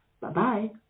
Bye-bye